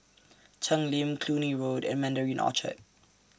Cheng Lim Cluny Road and Mandarin Orchard